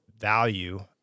value